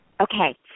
Okay